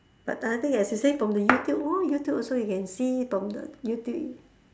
but I think as you say from the youtube lor youtube also you can see from the youtube